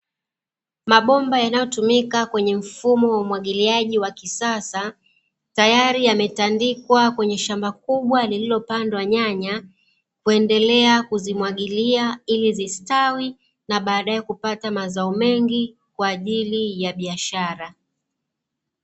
Mabomba yanayotumika kwenye mfumo wa uwagiliaji wa kisasa, tayari yametandikwa kwenye shamba kubwa lililopandwa nyanya, kuendelea kuzimwagilia ili zistawi na baadae kupata mazao mengi kwa ajili ya biashara.